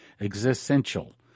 existential